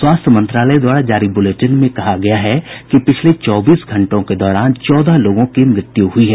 स्वास्थ्य मंत्रालय द्वारा जारी बुलेटिन में कहा गया है कि पिछले चौबीस घंटों के दौरान चौदह लोगों की मृत्यु हुयी है